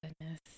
Goodness